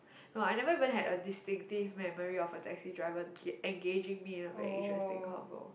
no I never even had an distinctive memory of a taxi driver engaging me in a interesting convo